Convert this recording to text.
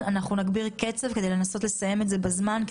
נגביר את הקצב כדי לנסות לסיים את זה בזמן,